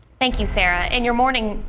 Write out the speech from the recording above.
thank you sarah in your morning.